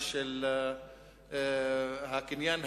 ושל הקניין הכללי,